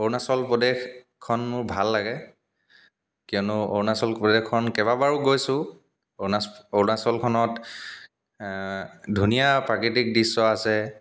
অৰুণাচল প্ৰদেশখন মোৰ ভাল লাগে কিয়নো অৰুণাচল প্ৰদেশখন কেইবাবাৰো গৈছোঁ অৰুণা অৰুণাচলখনত ধুনীয়া প্ৰাকৃতিক দৃশ্য আছে